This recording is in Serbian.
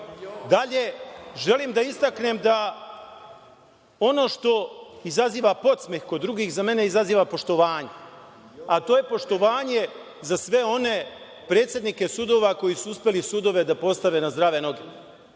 želim da istaknem da ono što izaziva podsmeh kod drugih, za mene izaziva poštovanje, a to je poštovanje za sve one predsednike sudova koji su uspeli sudove da postave na zdrave noge